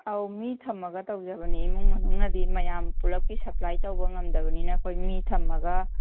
ꯑꯧ ꯃꯤ ꯊꯝꯃꯒ ꯇꯧꯖꯕꯅꯤ ꯏꯃꯨꯡ ꯃꯅꯨꯡ ꯑꯗꯤ ꯃꯌꯥꯝ ꯄꯨꯂꯞꯀꯤ ꯁꯞꯄ꯭ꯂꯥꯏ ꯇꯧꯕ ꯉꯝꯗꯕꯅꯤꯅ ꯑꯩꯈꯣꯏ ꯃꯤ ꯊꯝꯃꯒ